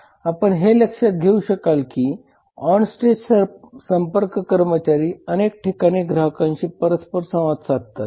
आपण हे लक्षात घेऊ शकता की ऑनस्टेज संपर्क कर्मचारी अनेक ठिकाणी ग्राहकांशी परस्पर संवाद साधतात